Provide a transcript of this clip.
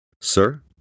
Sir